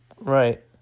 right